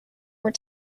were